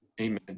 Amen